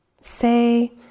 say